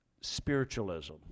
spiritualism